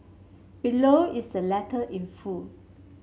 below is the letter in full